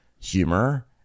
humor